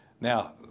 Now